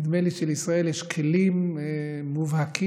נדמה לי שלישראל יש כלים מובהקים